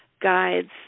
guides